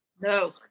No